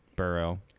Burrow